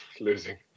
losing